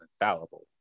infallible